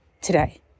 today